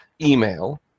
email